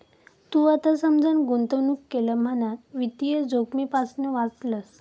तू आता समजान गुंतवणूक केलं म्हणान वित्तीय जोखमेपासना वाचलंस